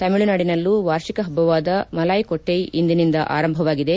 ತಮಿಳುನಾಡಿನಲ್ಲೂ ವಾರ್ಷಿಕ ಹಬ್ಬವಾದ ಮಲಾಯಿಕೊಟ್ಟೈ ಇಂದಿನಿಂದ ಆರಂಭವಾಗಿದೆ